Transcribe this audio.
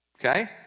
Okay